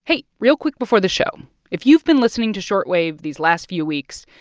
hey. real quick before the show if you've been listening to short wave these last few weeks,